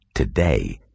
Today